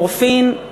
מורפין,